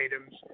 items